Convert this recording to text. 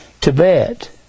Tibet